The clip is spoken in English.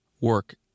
work